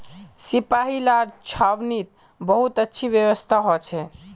सिपाहि लार छावनीत बहुत अच्छी व्यवस्था हो छे